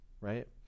right